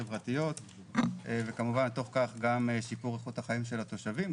חברתיות וכמובן מתוך כך שיפור איכות החיים של התושבים,